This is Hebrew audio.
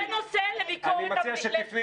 זה נושא לביקורת המדינה.